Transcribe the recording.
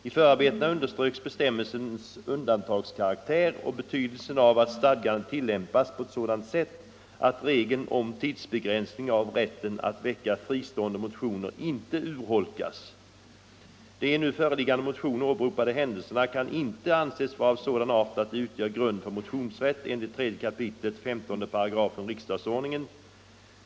I förarbetena underströks bestämmelsens undantagskaraktär och betydelsen av att stadgandet tillämpas på ett sådant sätt att regeln om tidsbegränsning av rätten att väcka fristående motioner inte urholkas. De i den nu föreliggande motionen åberopade händelserna kan inte anses vara av sådan art att de utgör grund för motionsrätt enligt 3 kap. 15 S riksdagsordningen.